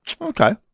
okay